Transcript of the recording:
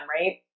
Right